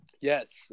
Yes